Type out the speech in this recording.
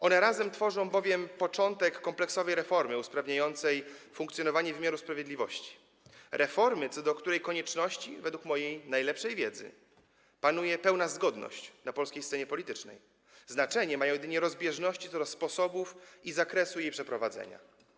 One razem tworzą bowiem początek kompleksowej reformy usprawniającej funkcjonowanie wymiaru sprawiedliwości - reformy, co do której konieczności, według mojej najlepszej wiedzy, panuje pełna zgodność na polskiej scenie politycznej, znaczenie mają jedynie rozbieżności co do sposobów i zakresu jej przeprowadzenia.